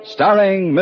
Starring